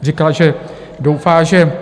Říkal, že doufá, že...